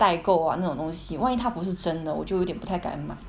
代购啊那种东西万一他不是真的我就有点不太敢买